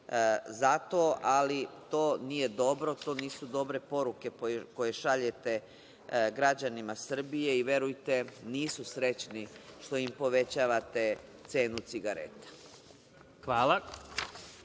za to. Ali, to nije dobro, to nisu dobre poruke koje šaljete građanima Srbije, i verujte nisu srećni što im povećavate cenu cigareta.